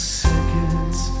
seconds